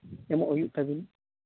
ᱮᱢᱚᱜ ᱦᱩᱭᱩᱜ ᱛᱟᱵᱤᱱᱟ